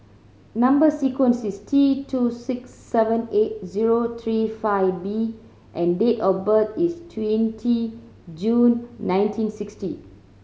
number sequence is T two six seven eight zero three five B and date of birth is twenty June nineteen sixty